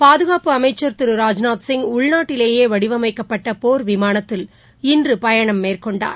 பாதுகாப்பு அமைச்சர் திரு ராஜ்நாத்சிங் உள்நாட்டிலேயே வடிவமைக்கப்பட்ட போர் விமானத்தில் இன்று பயணம் மேற்கொண்டார்